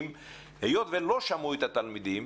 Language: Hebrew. היות שלא שמענו את התלמידים,